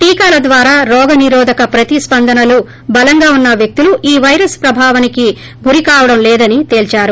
టీకాల ద్వారా రోగనిరోధక ప్రతిస్పందనలు బలంగా వున్స వ్యక్తులు ఈ పైరస్ ప్రభావానికి గురికావడం లేదని తేల్చారు